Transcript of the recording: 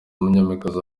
umukinnyikazi